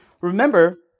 Remember